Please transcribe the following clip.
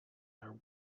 their